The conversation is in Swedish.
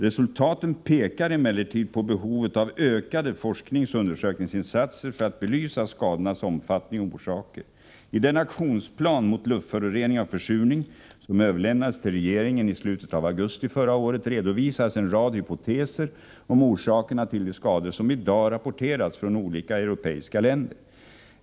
Resultaten pekar emellertid på behovet av ökade forskningsoch undersökningsinsatser för att belysa skadornas omfattning och orsaker. I den aktionsplan mot luftföroreningar och försurning som överlämnades till regeringen i slutet av augusti förra året redovisas en rad hypoteser om orsakerna till de skador som i dag rapporterats från olika europeiska länder.